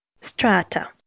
STRATA